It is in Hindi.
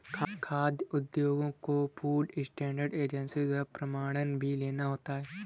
खाद्य उद्योगों को फूड स्टैंडर्ड एजेंसी द्वारा प्रमाणन भी लेना होता है